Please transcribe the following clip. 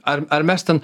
ar ar mes ten